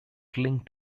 cling